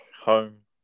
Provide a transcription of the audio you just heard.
home